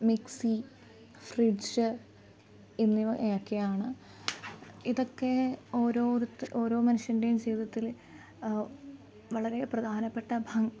mixie fridge എന്നിവയൊക്കയാണ് ഇതൊക്കെ ഓരോ മനുഷ്യൻ്റെയും ജീവിതത്തിൽ വളരെ പ്രധാനപ്പെട്ട